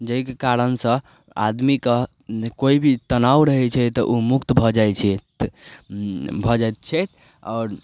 जाहिके कारणसँ आदमीके कोइ भी तनाव रहै छै तऽ ओ मुक्त भऽ जाइ छै भऽ जाइ छै आओर